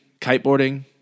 kiteboarding